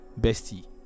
bestie